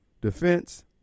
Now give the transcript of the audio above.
defense